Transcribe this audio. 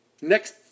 Next